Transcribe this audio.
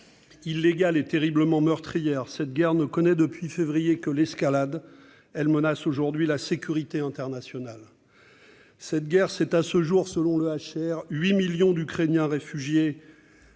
Illégale, et terriblement meurtrière, cette guerre ne connaît depuis février que l'escalade. Elle menace aujourd'hui la sécurité internationale. Cette guerre, c'est à ce jour, selon le Haut-Commissariat des Nations unies